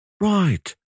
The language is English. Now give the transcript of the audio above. Right